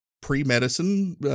pre-medicine